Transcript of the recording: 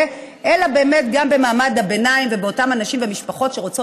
אלא באמת גם במעמד הביניים ובאותם אנשים ומשפחות שרוצים